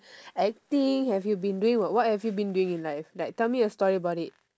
acting have you been doing what have you been doing in life like tell me a story about it